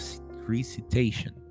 recitation